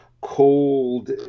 Cold